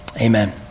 amen